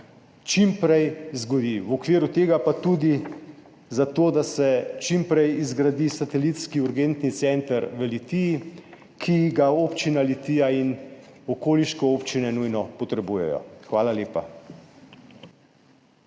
čim prej zgodi, v okviru tega pa tudi za to, da se čim prej zgradi satelitski urgentni center v Litiji, ki ga občina Litija in okoliške občine nujno potrebujejo. Hvala lepa.